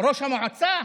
ראש המועצה,